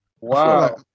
Wow